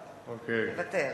מוותר.